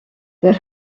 their